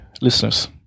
listeners